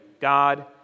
God